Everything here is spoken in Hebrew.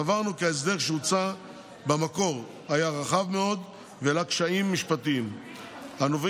סברנו כי ההסדר שהוצע במקור היה רחב מאוד והעלה קשיים משפטיים הנובעים,